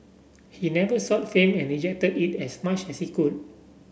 he never sought fame and rejected it as much as he could